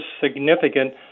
significant